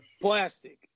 Plastic